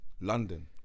London